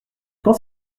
qu’en